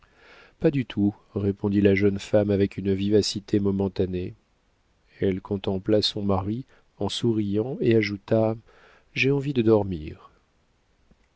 pas du tout répondit la jeune femme avec une vivacité momentanée elle contempla son mari en souriant et ajouta j'ai envie de dormir